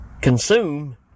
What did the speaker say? consume